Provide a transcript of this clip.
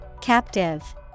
Captive